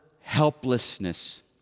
helplessness